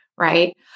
right